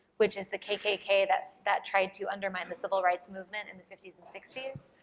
which is the kkk that that tried to undermine the civil rights movement in the fifty s and sixty s,